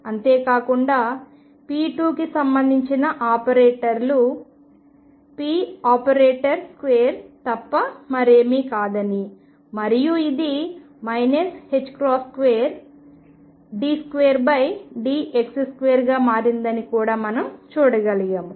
అంతేకాకుండా p2 కి సంబంధించిన ఆపరేటర్లు p2 తప్ప మరేమీ కాదని మరియు ఇది 2d2dx2 గా మారిందని కూడా మనం చూడగలిగాము